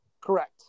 Correct